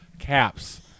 caps